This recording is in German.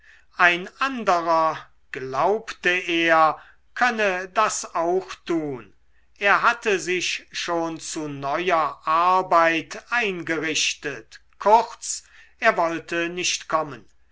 ein anderer glaubte er könne das auch tun er hatte sich schon zu neuer arbeit eingerichtet kurz er wollte nicht kommen